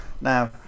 now